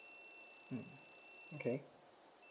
mm okay